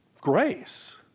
grace